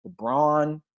LeBron